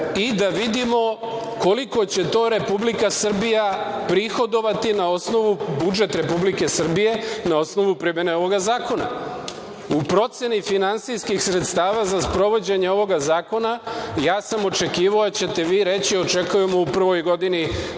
i da vidimo koliko će to Republika Srbija prihodovati na osnovu, budžet Republike Srbije na osnovu primene ovog zakona.U proceni finansijskih sredstava za sprovođenje ovog zakona ja sam očekivao da ćete vi reći očekujemo u prvoj godini